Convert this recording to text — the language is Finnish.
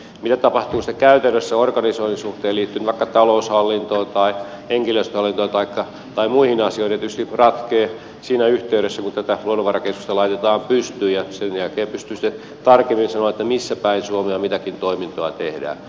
mitä tapahtuu sitten käytännössä organisoinnin suhteen liittyen nyt vaikka taloushallintoon tai henkilöstöhallintoon tai muihin asioihin se tietysti ratkeaa siinä yhteydessä kun tätä luonnonvarakeskusta laitetaan pystyyn ja sen jälkeen pystyy sitten tarkemmin sanomaan missä päin suomea mitäkin toimintoa tehdään